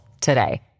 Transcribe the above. today